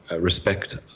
respect